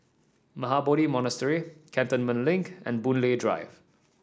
Mahabodhi Monastery Cantonment Link and Boon Lay Drive